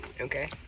Okay